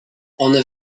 one